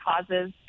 causes